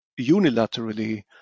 unilaterally